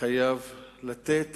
חייב לתת